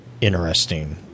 interesting